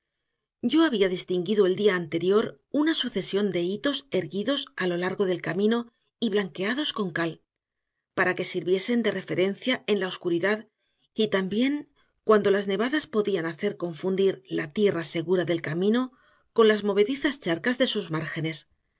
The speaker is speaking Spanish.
yo había distinguido el día anterior una sucesión de hitos erguidos a lo largo del camino y blanqueados con cal para que sirviesen de referencia en la oscuridad y también cuando las nevadas podían hacer confundir la tierra segura del camino con las movedizas charcas de sus márgenes